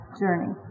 journey